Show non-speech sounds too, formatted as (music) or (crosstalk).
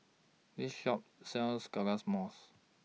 This Shop sells (unintelligible)